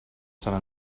sant